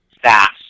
Fast